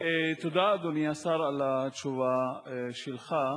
תודה, אדוני, על התשובה שלך.